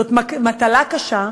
זאת מטלה קשה,